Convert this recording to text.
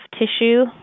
tissue